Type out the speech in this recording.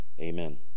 amen